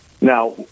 Now